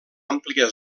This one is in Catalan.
àmplia